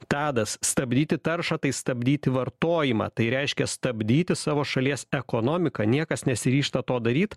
tadas stabdyti taršą tai stabdyti vartojimą tai reiškia stabdyti savo šalies ekonomiką niekas nesiryžta to daryt